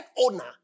owner